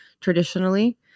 traditionally